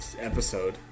episode